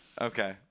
Okay